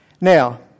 Now